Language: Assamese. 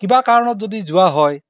কিবা কাৰণত যদি যোৱা হয়